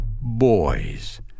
Boys